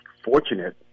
fortunate